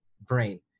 brain